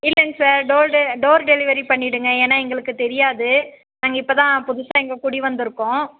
இல்லைங்கா sir door டெ door delivery பண்ணிவிடுங்க ஏன்னா எங்களுக்கு தெரியாது நாங்கள் இப்போ தான் புதுசாக இங்கே குடி வந்துருக்கோம்